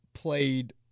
Played